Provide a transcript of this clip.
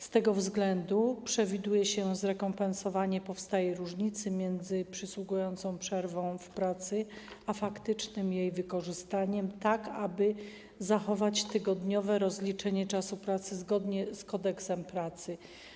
Z tego względu przewiduje się zrekompensowanie powstałej różnicy między przysługującą przerwą w pracy a faktycznym jej wykorzystaniem, tak aby można było zachować tygodniowe rozliczenie czasu pracy zgodnie z Kodeksem pracy.